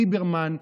ליברמן,